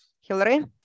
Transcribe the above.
Hillary